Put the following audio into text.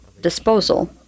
disposal